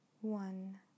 one